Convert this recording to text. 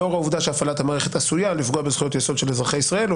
לאור העובדה שהפעלת המערכת עשויה לפגוע בזכויות יסוד של אזרחי ישראל,